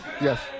Yes